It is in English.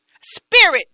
spirit